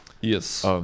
Yes